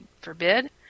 forbid